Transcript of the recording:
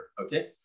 Okay